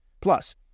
Plus